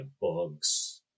bugs